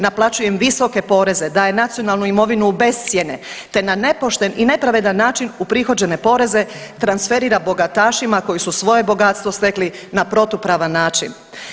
Naplaćuje im visoke poreze, daje nacionalnu imovinu u bescjenje, te na nepošten i nepravedan način uprihođene poreze transferira bogatašima koji su svoje bogatstvo stekli na protupravan način.